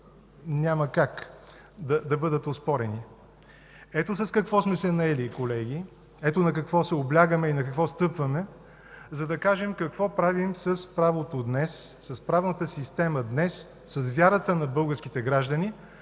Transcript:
няма как да бъдат оспорени. Ето с какво сме се наели, колеги. Ето на какво се облягаме и на какво стъпваме, за да кажем какво правим с правото днес, с правната система днес, с вярата на българските граждани